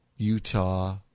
Utah